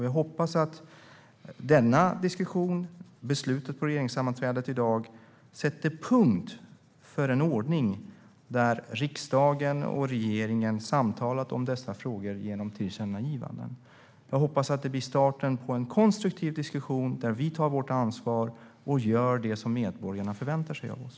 Jag hoppas att denna diskussion och beslutet på regeringssammanträdet i dag sätter punkt för en ordning där riksdagen och regeringen samtalar om dessa frågor genom tillkännagivanden. Jag hoppas att det blir starten för en konstruktiv diskussion där vi tar vårt ansvar och gör det som medborgarna förväntar sig av oss.